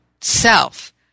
self